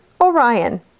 Orion